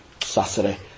Saturday